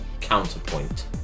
Counterpoint